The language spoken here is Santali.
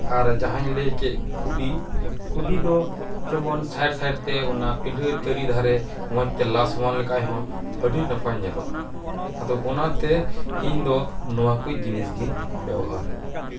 ᱟᱨ ᱡᱟᱦᱟᱧ ᱞᱟᱹᱭᱠᱮᱫ ᱠᱩᱰᱤ ᱠᱩᱰᱤ ᱫᱚ ᱡᱮᱢᱚᱱ ᱥᱟᱭᱤᱰ ᱥᱟᱭᱤᱰ ᱛᱮ ᱚᱱᱟ ᱯᱤᱰᱟᱹ ᱪᱟᱹᱨᱤ ᱫᱷᱟᱨᱮ ᱢᱚᱸᱡᱽ ᱛᱮ ᱞᱟ ᱥᱚᱢᱟᱱ ᱞᱮᱠᱷᱟᱡ ᱦᱚᱸ ᱟᱹᱰᱤ ᱱᱟᱯᱟᱭ ᱧᱮᱞᱚᱜᱼᱟ ᱟᱫᱚ ᱚᱱᱟ ᱛᱮ ᱤᱧ ᱫᱚ ᱱᱚᱶᱟ ᱠᱩᱡ ᱡᱤᱱᱤᱥ ᱜᱮᱧ ᱵᱮᱵᱚᱦᱟᱨᱟ